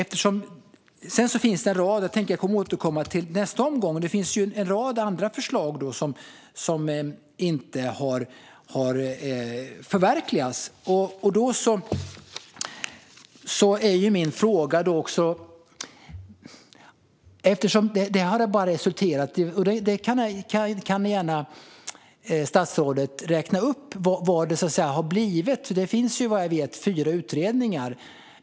I nästa inlägg tänker jag återkomma till en rad andra förslag som inte har förverkligats. Statsrådet kan gärna få räkna upp vad det har blivit. Det finns vad jag vet fyra utredningar.